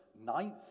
ninth